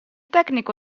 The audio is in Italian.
tecnico